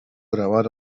grabar